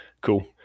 Cool